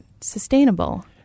sustainable